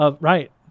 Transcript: Right